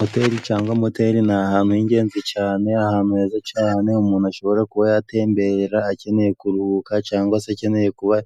Hoteli cyangwa moteri ni ahantu h'ingenzi cyane, ahantu heza cyane umuntu ashobora kuba yatemberera akeneye kuruhuka, cyangwa se akeneye kuba